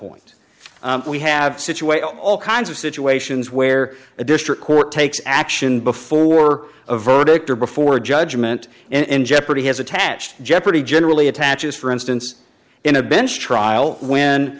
situate all kinds of situations where a district court takes action before a verdict or before a judgment and jeopardy has attached jeopardy generally attaches for instance in a bench trial when